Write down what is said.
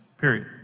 period